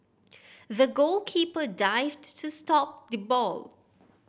the goalkeeper dived to stop the ball